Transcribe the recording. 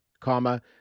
comma